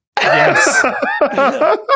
Yes